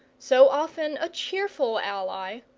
so often a cheerful ally,